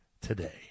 today